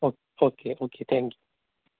okay okay okay thank you